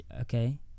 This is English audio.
okay